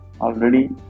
already